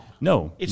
No